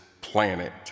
planet